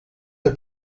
her